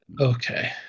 Okay